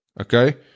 Okay